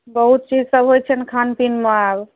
बहुत चीज सब होइत छनि खान पीनमे आब